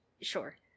Sure